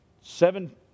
seven